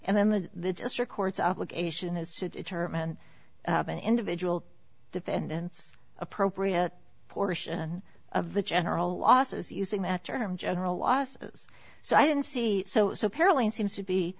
and then the district court's obligation is to determine an individual defendant's appropriate portion of the general losses using that term general loss so i don't see so apparently it seems to be